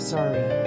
Sorry